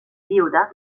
viuda